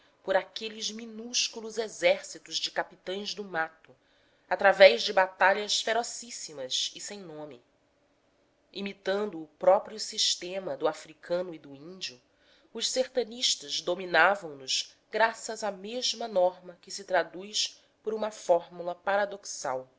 por aqueles minúsculos exércitos de capitães do mato através de batalhas ferocíssimas e sem nome imitando o próprio sistema do africano e do índio os sertanistas dominavam nos graças à mesma norma que se traduz por uma fórmula paradoxal